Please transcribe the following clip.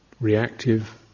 reactive